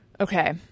Okay